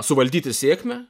suvaldyti sėkmę